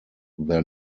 their